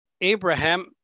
Abraham